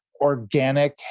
organic